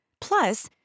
Plus